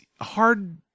hard